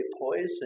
poison